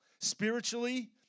spiritually